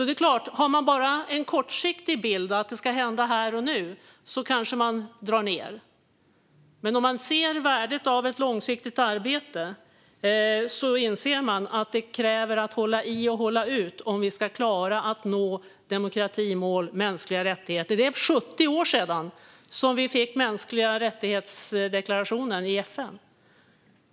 Det är klart att om man bara har en kortsiktig bild att demokrati ska hända här och nu, då kanske man drar ned. Men om man ser värdet av ett långsiktigt arbete inser man att det kräver att vi håller i och håller ut om vi ska klara att nå målen om demokrati och mänskliga rättigheter. Det var 70 år sedan vi fick FN:s deklaration om mänskliga rättigheter.